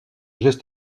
geste